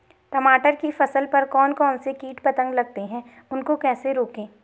टमाटर की फसल पर कौन कौन से कीट पतंग लगते हैं उनको कैसे रोकें?